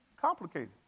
complicated